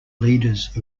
leaders